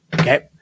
Okay